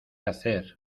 hacer